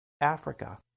Africa